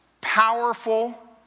powerful